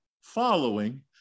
following